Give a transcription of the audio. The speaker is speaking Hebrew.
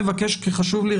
אני מבקש כי חשוב לי,